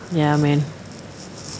ya man